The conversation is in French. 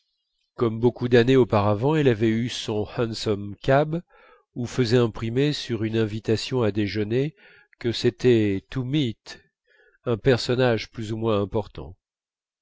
comme beaucoup d'années auparavant elle avait eu son handsome cab ou faisait imprimer sur une invitation à déjeuner que c'était to meet un personnage plus ou moins important